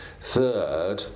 Third